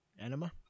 enema